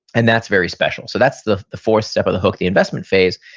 and that's very special so that's the the fourth step of the hook, the investment phase,